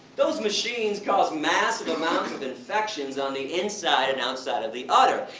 those machines cause massive amounts of infections on the inside and outside of the udder.